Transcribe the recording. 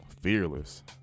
fearless